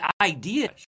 idea